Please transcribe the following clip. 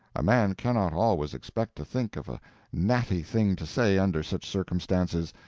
a man cannot always expect to think of a natty thing to say under such circumstances,